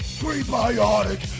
prebiotic